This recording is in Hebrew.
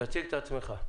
תציג את עצמך.